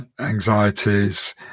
anxieties